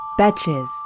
Betches